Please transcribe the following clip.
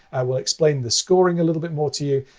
will explain the scoring a little bit more to you.